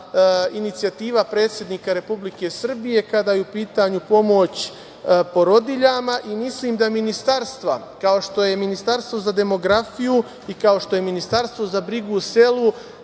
inicijativa predsednika Republike Srbije kada je u pitanju pomoć porodiljama. Mislim da ministarstva, kao što je Ministarstvo za demografiju i kao što je Ministarstvo za brigu o selu,